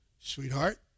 Sweetheart